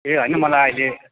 ए होइन मलाई अहिले